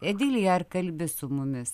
edilija ar kalbi su mumis